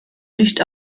nicht